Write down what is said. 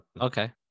Okay